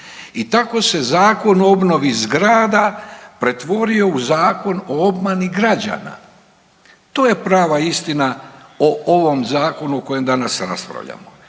I tako se Zakon o obnovi zgrada pretvorio u zakon o obmani građana. To je prava istina o ovom Zakonu o kojem danas raspravljamo.